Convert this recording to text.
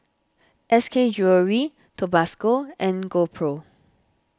S K Jewellery Tabasco and GoPro